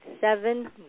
seven